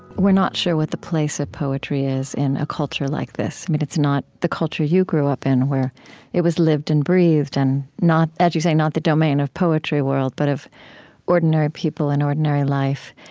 we're not sure what the place of poetry is in a culture like this. i mean, it's not the culture you grew up in, where it was lived and breathed and not, as you say, not the domain of poetryworld, but of ordinary people in ordinary life.